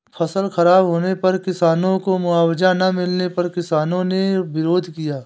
फसल खराब होने पर किसानों को मुआवजा ना मिलने पर किसानों ने विरोध किया